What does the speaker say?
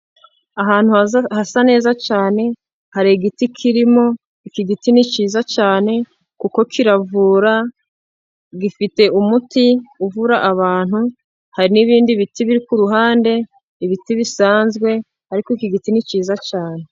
Ahantu hasa neza cyane, hari igiti kirimo. Iki giti ni cyiza cyane kuko kiravura, gifite umuti uvura abantu. Hari n'ibindi biti biri ku ruhande, ibiti bisanzwe ariko iki giti ni cyiza cyane.